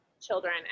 children